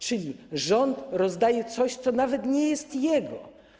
Czyli rząd rozdaje coś, co nawet nie jest jego.